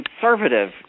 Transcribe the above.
conservative